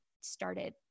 started